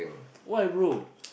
why brother